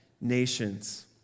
nations